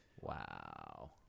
Wow